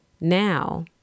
Now